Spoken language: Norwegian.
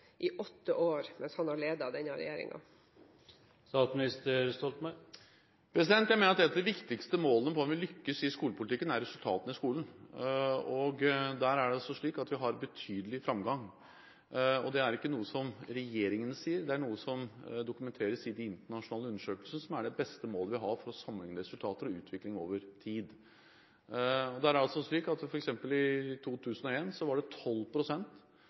i åtte år mens han har ledet denne regjeringen? Jeg mener at et av de viktigste målene på om vi lykkes i skolepolitikken, er resultatene i skolen, og der er det altså slik at vi har betydelig framgang. Det er ikke noe regjeringen sier, det er noe som dokumenteres i de internasjonale undersøkelsene, som er det beste målet vi har for å sammenligne resultater og utvikling over tid. I 2001, f.eks., var det 12 pst. av norske elever på fjerde trinn som slet med å lese, de var under det